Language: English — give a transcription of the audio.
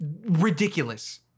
Ridiculous